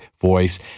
voice